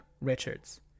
Richards